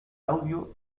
audio